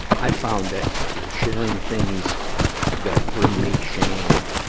i found that the sharing things that bring me shame,